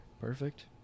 Perfect